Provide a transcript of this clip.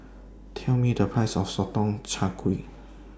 Tell Me The Price of Sotong Char Kway